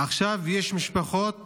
עכשיו יש משפחות בדואיות,